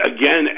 again